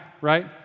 right